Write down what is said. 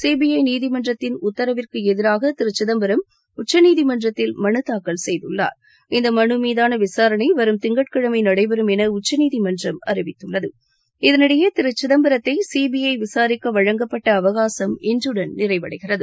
CBI நீதிமன்றத்தின் உத்தரவிற்கு எதிராக திரு சிதம்பரம் உச்சநீதிமன்றத்தில் மனுதாக்கல் செய்துள்ளார் இந்த மனு மீதான விசாரனை வரும் திங்கட்கிழமை நடைபெறும் என உச்சநீதிமன்றம் அறிவித்துள்ளது இதனிடையே திரு சிதம்பரத்தை சிபிஜ விசாரிக்க வழங்கப்பட்ட அவகாசம் இன்றுடன் நிறைவடைகிறது